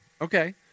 Okay